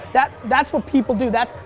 that's that's what people do, that's.